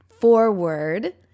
forward